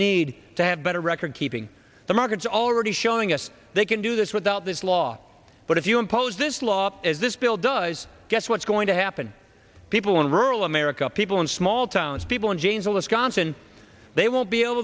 need to have better record keeping the markets already showing us they can do this without this law but if you impose this law as this bill does guess what's going to happen people in rural america people in small towns people in janesville wisconsin they won't be able